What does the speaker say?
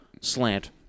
slant